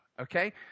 okay